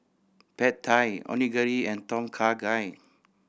Pad Thai Onigiri and Tom Kha Gai